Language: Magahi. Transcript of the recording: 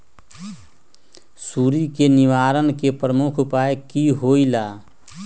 सुडी के निवारण के प्रमुख उपाय कि होइला?